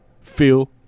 Phil